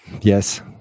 Yes